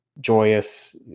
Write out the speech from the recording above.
joyous